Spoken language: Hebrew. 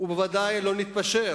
ובוודאי לא נתפשר